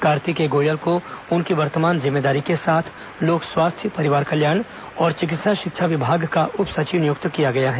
कार्तिकेय गोयल को उनकी वर्तमान जिम्मेदारी के साथ लोक स्वास्थ्य परिवार कल्याण और चिकित्सा शिक्षा विभाग का उप सचिव नियुक्त किया गया है